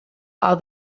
are